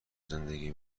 زندگی